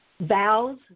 vows